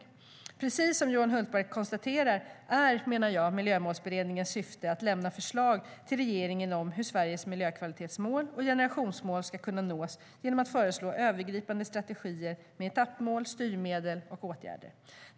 Precis som Johan Hultberg konstaterar är Miljömålsberedningens syfte att lämna förslag till regeringen om hur Sveriges miljökvalitetsmål och generationsmål ska kunna nås genom att föreslå övergripande strategier med etappmål, styrmedel och åtgärder.